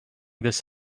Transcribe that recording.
this